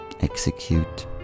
execute